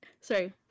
sorry